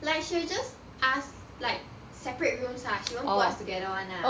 like she will just ask like separate rooms ah she won't put us together [one] ah